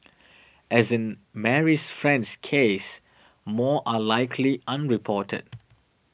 as in Marie's friend's case more are likely unreported